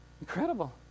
incredible